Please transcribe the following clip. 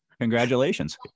Congratulations